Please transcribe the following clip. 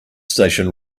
station